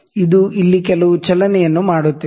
ಇದು ಇಲ್ಲಿ ಕೆಲವು ಚಲನೆಯನ್ನು ಮಾಡುತ್ತಿದೆ